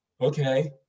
okay